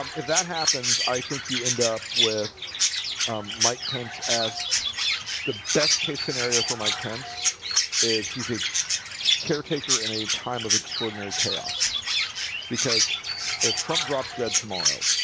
um if that happens, i think you end up with mike pence as the best case scenario for mike pence is he's a caretaker in a time of extraordinary chaos because if trump drops dead tomorrow